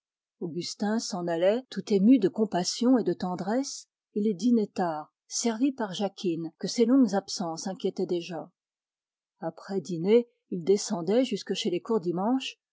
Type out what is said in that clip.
augustin s'en allait tout ému de compassion et de tendresse il dînait tard servi par jacquine que ses longues absences inquiétaient déjà après dîner il descendait chez les courdimanche